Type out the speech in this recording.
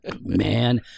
Man